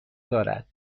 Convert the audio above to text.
دارد